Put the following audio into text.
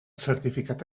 certificat